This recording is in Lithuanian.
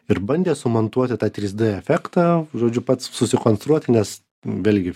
ir bandė sumontuoti tą trys dė efektą žodžiu pats susikonstruoti nes velgi